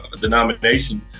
denomination